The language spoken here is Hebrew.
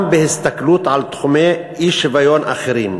גם בהסתכלות על תחומי אי-שוויון אחרים,